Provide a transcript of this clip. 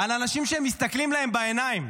על אנשים שהם מסתכלים להם בעיניים.